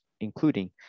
including